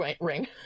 ring